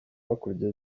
hakurya